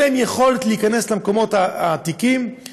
אין להם יכולת להיכנס למקומות העתיקים,